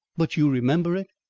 but you remember it?